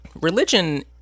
religion